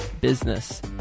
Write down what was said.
business